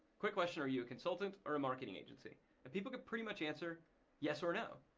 quick question, are you a consultant or a marketing agency and people can pretty much answer yes or no.